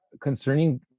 concerning